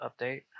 update